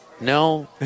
No